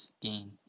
game